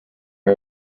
are